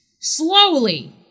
Slowly